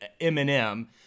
Eminem